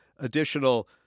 additional